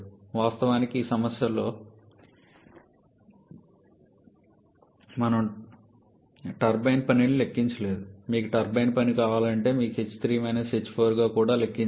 వాస్తవానికి ఈ సమస్యలో మనము టర్బైన్ పనిని లెక్కించలేదు మీకు టర్బైన్ పని కావాలంటే మీకు h3 - h4 గా కూడా లెక్కించవచ్చు